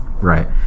Right